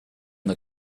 the